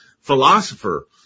philosopher